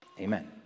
Amen